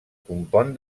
compon